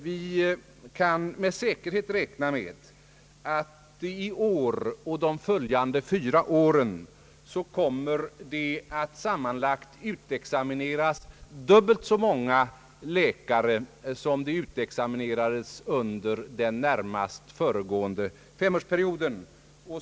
Vi kan med säkerhet räkna med att i år och de följande fyra åren kommer det att sammanlagt utexamineras dubbelt så många läkare som det utexaminerades under den närmast föregående femårsperioden.